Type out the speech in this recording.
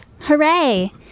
Hooray